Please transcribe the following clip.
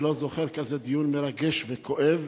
אני לא זוכר כזה דיון מרגש וכואב.